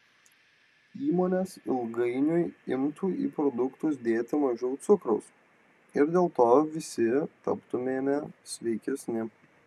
įmonės ilgainiui imtų į produktus dėti mažiau cukraus ir dėl to visi taptumėme sveikesni